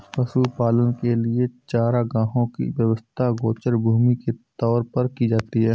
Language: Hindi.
पशुपालन के लिए चारागाहों की व्यवस्था गोचर भूमि के तौर पर की जाती है